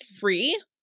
free